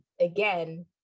again